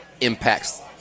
impacts